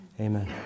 Amen